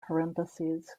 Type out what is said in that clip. parentheses